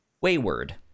wayward